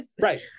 Right